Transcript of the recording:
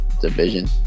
division